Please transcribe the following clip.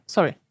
Sorry